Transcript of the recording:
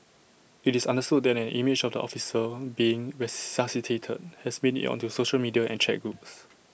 IT is understood that an image of the officer being resuscitated has made IT onto social media and chat groups